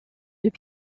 deux